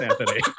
Anthony